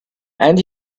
and